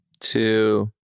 Two